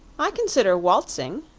i consider waltzing,